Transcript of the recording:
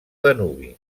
danubi